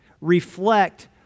reflect